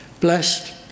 Blessed